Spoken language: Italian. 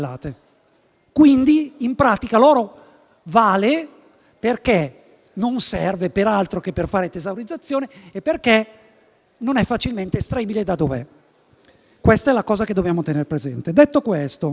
d'oro. In pratica, l'oro vale perché non serve ad altro che per fare tesaurizzazione e perché non è facilmente estraibile da dove si trova: questo è l'aspetto che dobbiamo tener presente.